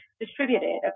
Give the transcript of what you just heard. distributed